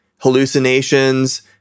hallucinations